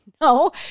No